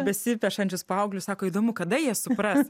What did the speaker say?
besipešančius paauglius sako įdomu kada jie supras